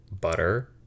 butter